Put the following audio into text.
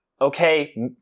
Okay